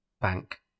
bank